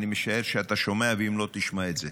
אני משער שאתה שומע, ואם לא, תשמע את זה.